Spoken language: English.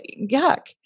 yuck